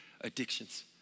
addictions